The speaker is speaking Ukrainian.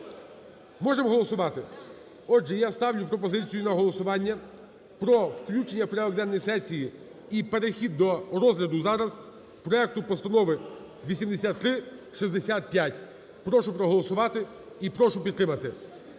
Можемо голосувати? Отже, я ставлю пропозицію на голосування про включення в порядок денний сесії і перехід до розгляду зараз проекту Постанови 8365. Прошу проголосувати і прошу підтримати.